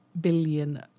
billion